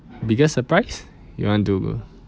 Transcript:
biggest surprise you want to